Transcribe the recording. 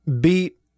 beat